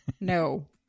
no